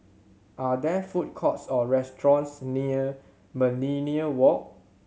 are there food courts or restaurants near Millenia Walk